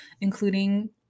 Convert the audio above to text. including